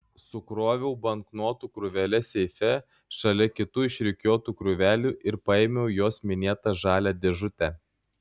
sukroviau banknotų krūveles seife šalia kitų išrikiuotų krūvelių ir paėmiau jos minėtą žalią dėžutę